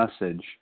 message